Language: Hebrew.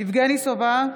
יבגני סובה,